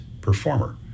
performer